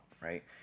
right